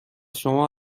شما